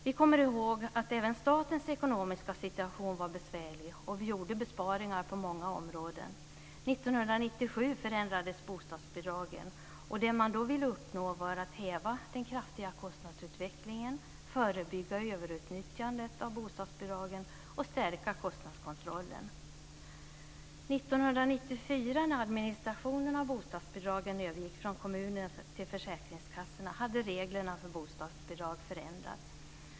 Vi kommer ihåg att även statens ekonomiska situation var besvärlig, och vi gjorde besparingar på många områden. 1997 förändrades bostadsbidragen, och det man då ville uppnå var att häva den kraftiga kostnadsutvecklingen, förebygga överutnyttjande av bostadsbidragen och stärka kostnadskontrollen. När administrationen av bostadsbidragen övergick från kommunerna till försäkringskassorna 1994 hade reglerna för bostadsbidrag förändrats.